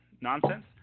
nonsense